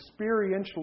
experientially